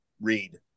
read